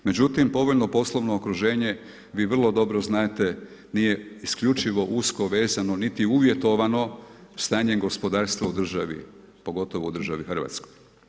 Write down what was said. Međutim povoljno poslovno okruženje vi vrlo dobro znate nije isključivo usko vezano niti uvjetovano stanjem gospodarstva u državi pogotovo u državi Hrvatskoj.